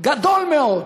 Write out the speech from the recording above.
גדול מאוד,